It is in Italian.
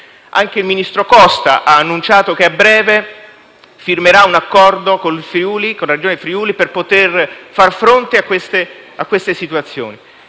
Anche il ministro Costa ha annunciato che a breve firmerà un accordo con la Regione Friuli-Venezia Giulia per far fronte a situazioni